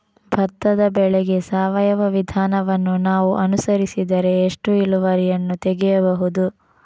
ಭತ್ತದ ಬೆಳೆಗೆ ಸಾವಯವ ವಿಧಾನವನ್ನು ನಾವು ಅನುಸರಿಸಿದರೆ ಎಷ್ಟು ಇಳುವರಿಯನ್ನು ತೆಗೆಯಬಹುದು?